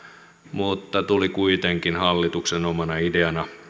mutta tuli kuitenkin hallituksen omana ideana